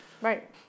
Right